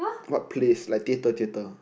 what place like theatre theatre